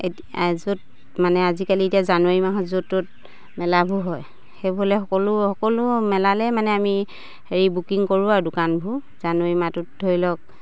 এতিয়া য'ত মানে আজিকালি এতিয়া জানুৱাৰী মাহত য'ত ত'ত মেলাবোৰ হয় সেইফালে সকলো সকলো মেলালে মানে আমি হেৰি বুকিং কৰোঁ আৰু দোকানবোৰ জানুৱাৰী মাহটোত ধৰি লওক